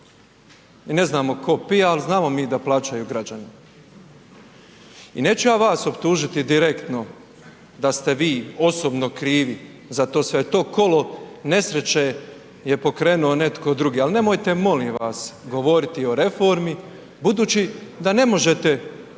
i ne znamo to pije, ali znamo mi da plaćaju građani. I neću ja vas optužiti direktno da ste vi osobno krivi zato što je to kolo nesreće je pokrenuo netko drugi, ali nemojte molim vas govoriti o reformi, budući da ne možete što